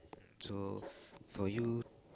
so for you